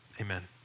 Amen